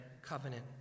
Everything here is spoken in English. covenant